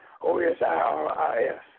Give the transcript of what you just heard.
O-S-I-R-I-S